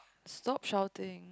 stop shouting